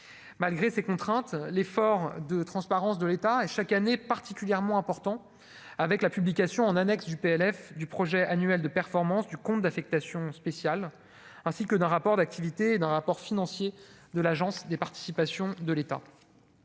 malgré ces contraintes, l'effort de transparence de l'État et chaque année particulièrement important avec la publication en annexe du PLF du projet annuel de performance du compte d'affectation spéciale ainsi que d'un rapport d'activité dans rapport financier de l'Agence des participations de l'État,